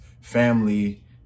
family